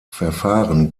verfahren